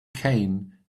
cane